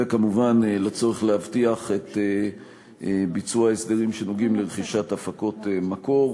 וכמובן לצורך להבטיח את ביצוע ההסדרים שנוגעים לרכישת הפקות מקור.